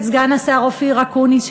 סגן השר אופיר אקוניס,